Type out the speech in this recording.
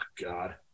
God